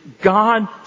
God